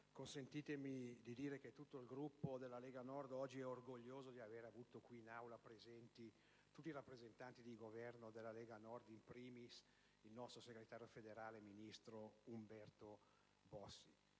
innanzituuto di dire che tutto il Gruppo della Lega Nord è orgoglioso di avere avuto oggi presenti in Aula tutti i rappresentanti di Governo della Lega Nord e, *in primis*, il nostro segretario federale, il ministro Umberto Bossi.